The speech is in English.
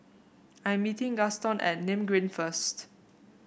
I am meeting Gaston at Nim Green first